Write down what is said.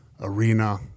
arena